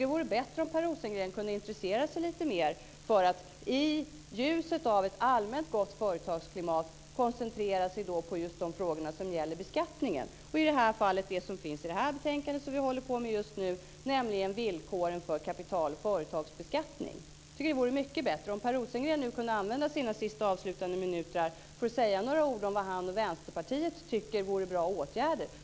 Det vore bättre om Per Rosengren kunde intressera sig lite mer för att i ljuset av ett allmän gott företagsklimat koncentrera sig på de frågor som gäller beskattningen och det som behandlas i det här betänkandet, nämligen villkoren för företags och kapitalbeskattningen. Det vore mycket bättre om Per Rosengren ville använda sina sista talarminuter till att säga några ord om vad han och Vänsterpartiet tycker skulle vara bra åtgärder.